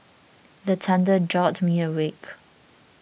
the thunder jolt me awake